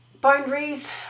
boundaries